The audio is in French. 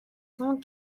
cent